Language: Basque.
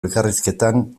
elkarrizketan